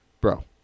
bro